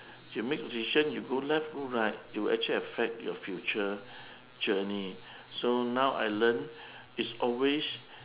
you make the decision you go left go right it will actually affect your future journey so now I learn it's always